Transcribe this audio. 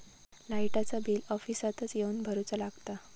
लाईटाचा बिल ऑफिसातच येवन भरुचा लागता?